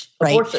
right